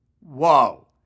Whoa